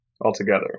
Altogether